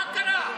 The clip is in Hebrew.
מה קרה?